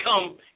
come